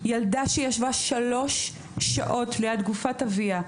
ילדה שישבה שלוש שעות ליד גופת אביה.